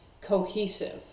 cohesive